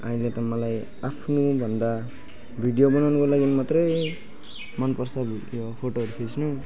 अहिले त मलाई आफ्नो भन्दा भिडियो बनाउनुको लागि मात्रै मनपर्छ भिडियो फोटोहरू खिच्नु